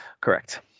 Correct